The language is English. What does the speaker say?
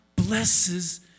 Blesses